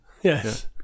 Yes